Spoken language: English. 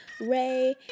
Ray